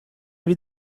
wie